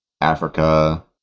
Africa